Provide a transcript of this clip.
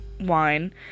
wine